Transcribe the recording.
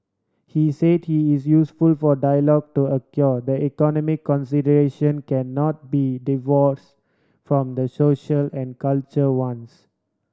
he said he is useful for dialogue to the economic consideration cannot be divorce from the social and cultural ones